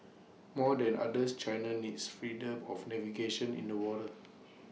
more than others China needs freedom of navigation in the waters